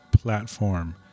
platform